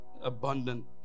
Abundant